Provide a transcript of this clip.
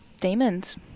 Demons